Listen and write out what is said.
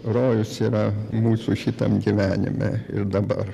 rojus yra mūsų šitam gyvenime ir dabar